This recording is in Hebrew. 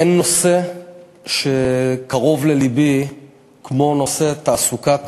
אין נושא שקרוב ללבי כמו נושא תעסוקת